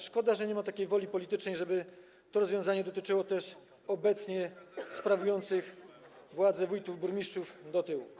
Szkoda, że nie ma takiej woli politycznej, żeby to rozwiązanie dotyczyło też obecnie sprawujących władzę wójtów czy burmistrzów, żeby działało do tyłu.